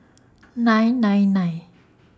nine nine nine